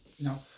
No